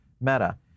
Meta